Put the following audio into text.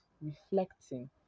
reflecting